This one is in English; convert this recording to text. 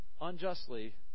unjustly